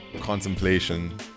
contemplation